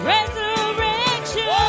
Resurrection